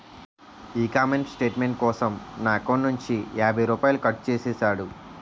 ఈ comment statement కోసం నా ఎకౌంటు నుంచి యాభై రూపాయలు కట్టు చేసేసాడు